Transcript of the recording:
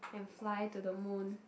and fly to the moon